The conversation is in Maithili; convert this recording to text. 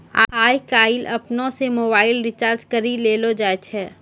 आय काइल अपनै से मोबाइल रिचार्ज करी लेलो जाय छै